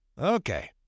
Okay